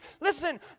listen